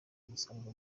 umusanzu